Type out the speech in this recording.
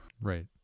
Right